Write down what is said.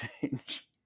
change